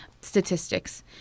statistics